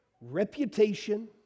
reputation